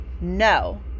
no